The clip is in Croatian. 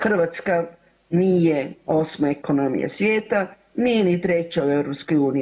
Hrvatska nije 8. ekonomija svijeta, nije ni 3. u EU.